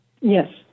Yes